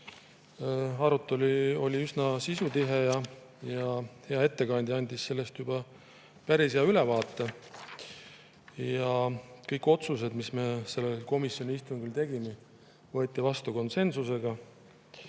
Arutelu oli üsna sisutihe ja hea ettekandja andis sellest juba päris hea ülevaate. Kõik otsused, mis me sellel komisjoni istungil tegime, võeti vastu konsensusega.